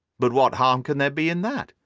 but what harm can there be in that?